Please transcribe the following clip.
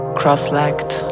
cross-legged